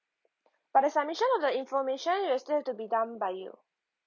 but the submission of the information it'll still to be done by you